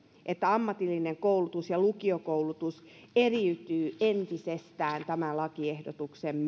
että ammatillinen koulutus ja lukiokoulutus eriytyvät entisestään tämän lakiehdotuksen